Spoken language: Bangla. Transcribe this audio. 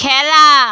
খেলা